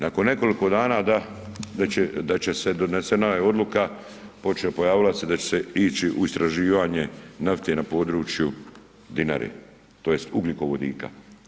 Nakon nekoliko dana da će se, donesena je odluka, počela, pojavila se da će se ići u istraživanje nafte na području Dinare, tj. ugljikovodika.